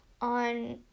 on